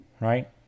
right